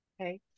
Okay